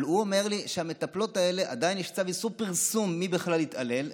אבל הוא אומר לי שלמטפלות האלה עדיין יש צו איסור פרסום מי בכלל התעלל,